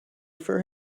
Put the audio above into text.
for